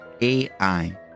AI